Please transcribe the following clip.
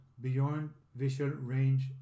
Beyond-Visual-Range